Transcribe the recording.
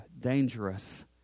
dangerous